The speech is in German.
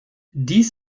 dies